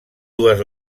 dues